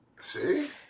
See